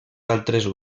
altres